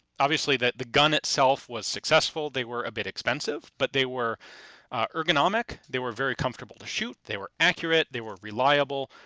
obviously the gun itself was successful, they were a bit expensive, but they were ergonomic, they were very comfortable to shoot, they were accurate, they were reliable.